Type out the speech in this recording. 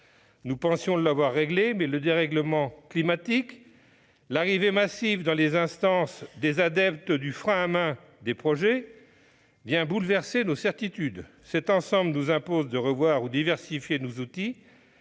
Nous croyions l'avoir réglé, mais le dérèglement climatique et l'arrivée massive dans les instances des adeptes du « frein à main » des projets viennent bouleverser nos certitudes. Cela nous impose de revoir ou de diversifier nos outils,